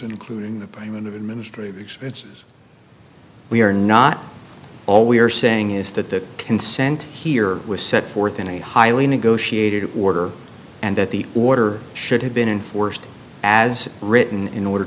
including the payment of administrative expenses we are not all we are saying is that the consent here was set forth in a highly negotiated warder and that the order should have been enforced as written in order